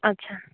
अच्छा